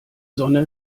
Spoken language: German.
sonne